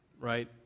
right